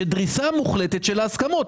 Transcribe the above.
של דריסה מוחלטת של ההסכמות.